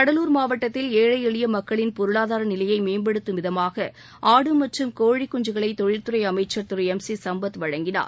கடலூர் மாவட்டத்தில் ஏழை எளிய மக்களின் பொருளாதார நிலையை மேம்படுத்தும் விதமாக ஆடு மற்றும் கோழி குஞ்சுகளை தொழில் துறை அமைச்சர் திரு எம் சி சம்பத் வழங்கினார்